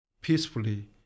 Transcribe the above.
peacefully